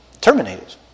terminated